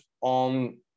on